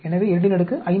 எனவே 25 1